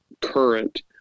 current